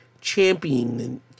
championing